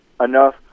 enough